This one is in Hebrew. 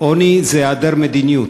עוני זה היעדר מדיניות,